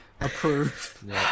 approved